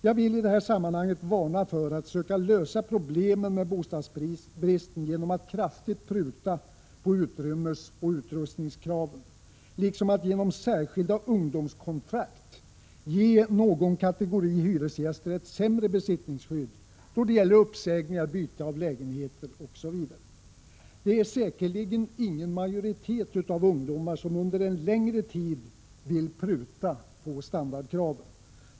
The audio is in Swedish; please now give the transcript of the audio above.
Jag vill i detta sammanhang varna för att söka lösa problemen med bostadsbristen genom att kraftigt pruta på utrymmesoch utrustningskraven, liksom att genom särskilda ungdomskontrakt ge någon kategori hyresgäster ett sämre besittningsskydd då det gäller uppsägningar, byte av lägenhet osv. Det är säkerligen ingen majoritet av ungdomar som under en längre tid vill pruta på standardkraven.